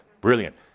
Brilliant